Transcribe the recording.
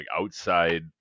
outside